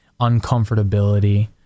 uncomfortability